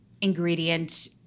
ingredient